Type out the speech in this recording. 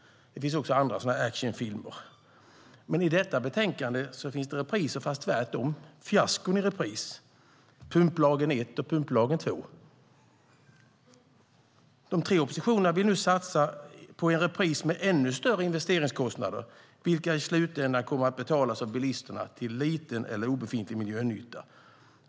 Det finns även andra actionfilmer. I detta betänkande finns det också repriser, fast det är tvärtom fiaskon i repris - pumplagen 1 och pumplagen 2. De tre i oppositionen vill nu satsa på en repris med större investeringskostnader, vilka i slutändan kommer att betalas av bilisterna till liten eller obefintlig miljönytta.